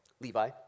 Levi